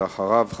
ואחריו,